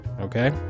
Okay